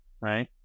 right